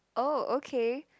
oh okay